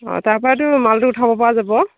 অ তাৰপৰাতো মালটো উঠাব পৰা যাব